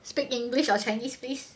speak english or chinese please